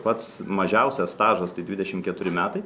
pats mažiausias stažas tai dvidešimt keturi metai